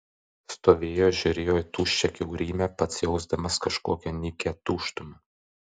stovėjo žiūrėjo į tuščią kiaurymę pats jausdamas kažkokią nykią tuštumą